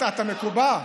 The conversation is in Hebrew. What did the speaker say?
מקובע.